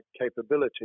capability